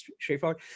straightforward